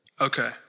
Okay